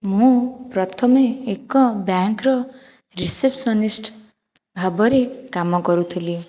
ମୁଁ ପ୍ରଥମେ ଏକ ବ୍ୟାଙ୍କର ରିସେପସନିଷ୍ଟ ଭାବରେ କାମ କରୁଥିଲି